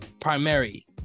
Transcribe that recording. primary